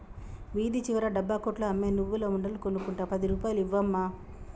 వీధి చివర డబ్బా కొట్లో అమ్మే నువ్వుల ఉండలు కొనుక్కుంట పది రూపాయలు ఇవ్వు అమ్మా